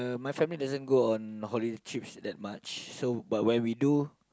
my family doesn't go on holiday trips that much so but when we do